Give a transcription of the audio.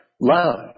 love